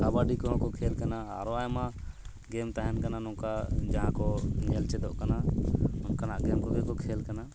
ᱠᱟᱵᱟᱰᱤ ᱠᱚᱦᱚᱸᱠᱚ ᱠᱷᱮᱞ ᱠᱟᱱᱟ ᱟᱨᱚ ᱟᱭᱢᱟ ᱜᱮᱢ ᱛᱟᱦᱮᱱ ᱠᱟᱱᱟ ᱱᱚᱝᱠᱟ ᱡᱟᱦᱟᱸ ᱠᱚ ᱧᱮᱞ ᱪᱮᱫᱚᱜ ᱠᱟᱱᱟ ᱚᱱᱠᱟᱱᱟᱜ ᱜᱮᱢ ᱠᱚᱜᱮ ᱠᱚ ᱠᱷᱮᱞ ᱠᱟᱱᱟ